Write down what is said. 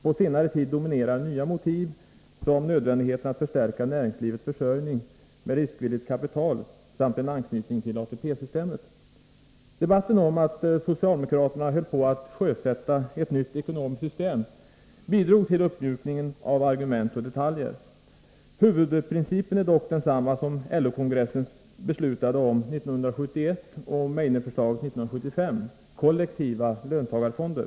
På senare tid dominerar nya motiv, som nödvändigheten att förstärka näringslivets försörjning med riskvilligt kapital samt en anknytning till ATP-systemet. Debatten om att socialdemokraterna höll på att sjösätta ett nytt ekonomiskt system bidrog till uppmjukningen av argument och detaljer. Huvudprincipen är dock densamma som LO-kongressen beslutade om 1971 och densamma som i Meidnerförslaget 1975 — kollektiva löntagarfonder.